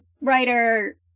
writer